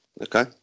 Okay